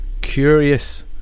curious